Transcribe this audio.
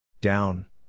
Down